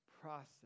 process